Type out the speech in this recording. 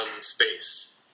space